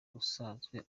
usanzwe